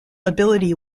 ability